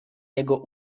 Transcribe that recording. jego